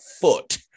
foot